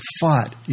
fought